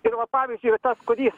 ir va pavyzdžiui ir tas kuris